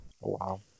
Wow